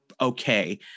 okay